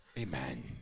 Amen